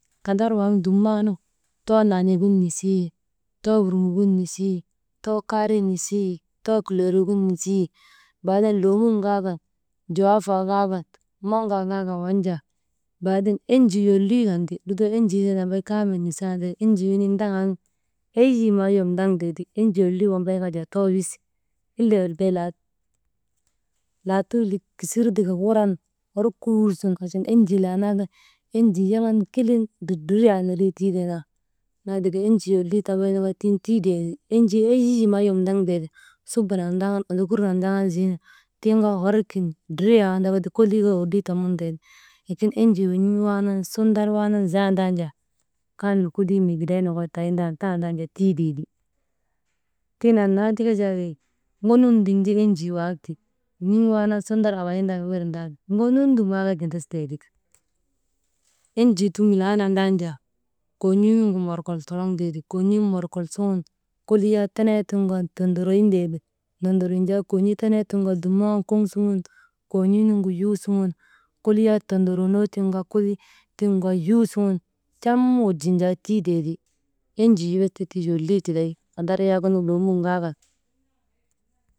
Hadar waŋ dumnanu too naanigin nisii, too wurŋek gin nisii, too kaari nisii, too kileerik gin nisii, Baaden leenun kaa kan jiyafaa kaa kan maŋgaa kaa kan waŋ jaa, baaden enjii yolii kan ti lutoo enjii nambay kaamil misandaa, enjii ndaŋan eyi maa yom ndaŋtee ti, enjii yolii wambay kaa jaa too wisi «hesitation » laatuu likesir tika wuran, hor kuur sun achan enjii laanaa kaa enjii yaŋan kilin, dridriyaa nindrii tiitee naa, annaatika enjii lolii tambay kaa tiŋ tiitee ti, enjii eyyi maa yom ndaŋ tee ti, subu nak ndaŋ, ondokur nak ndaŋan ziinu tiŋ kaa hor kin dridriyaa andakaa kolii kaa hor tamun tee ti, laakin enjii weyiŋ waanan sundar waanan zaandaan jaa, kaamil kolii mii giday nokoy tayin tan, tandan jaa titeeti, tiŋ annaa tika jaa wey ŋonun dum ti enjii wak ti, weyiŋ waanan sundar awayintan wirndaa ti, ŋonun dum waaka gindastee ti. Enjii dum laana ndaan jaa, kon̰ii nuŋgu morkaol toroŋtee ti, kon̰iin morkol suŋun kolii yak tenee tiŋ kaa tondoroyin tee ti, nondoronin jaa kon̰ii yak teneetiŋgu dumnan koŋ suŋun, koon̰ii nuŋgu yuu suŋun kolii yak tondoroonoo tiŋ kaa, kolii tiŋ kaa yuu suŋun camm wojin jaa tiitee ti, enjii bes ti yolii tibay hadar yaagunu loomun kaa kan.